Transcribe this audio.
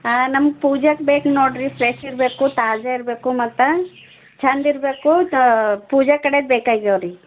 ಹಾಂ ನಮ್ಮ ಪೂಜಾಕ್ಕೆ ಬೇಕು ನೋಡಿರಿ ಫ್ರೆಶ್ ಇರಬೇಕು ತಾಜಾ ಇರಬೇಕು ಮತ್ತು ಛಂದ ಇರಬೇಕು ಪೂಜಾ ಕಡೆಗೆ ಬೇಕಾಗ್ಯಾವರಿ